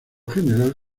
general